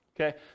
Okay